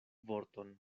vorton